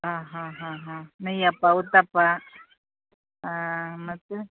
ಹಾಂ ಹಾಂ ಹಾಂ ಹಾಂ ನಯ್ಯಪ್ಪ ಉತ್ತಪ್ಪ ಮತ್ತು